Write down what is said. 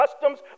customs